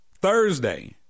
Thursday